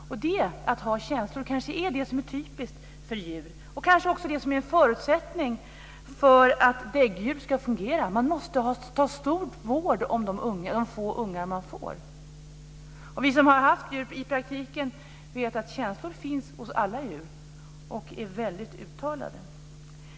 Det att ha känslor är kanske det som är typiskt för djur. Det är kanske också en förutsättning för att däggdjur ska fungera. De måste ta stor vård om de få ungar de får. Vi som har haft djur i praktiken vet att känslor finns hos alla djur och är väldigt uttalande.